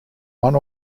one